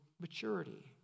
maturity